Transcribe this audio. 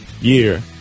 year